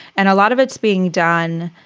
and a lot of it's being done.